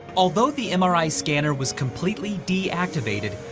although the mri scanner was completely deactivated,